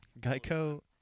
Geico